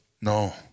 No